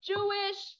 Jewish